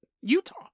Utah